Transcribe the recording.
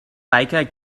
baker